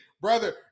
Brother